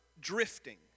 drifting